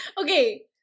Okay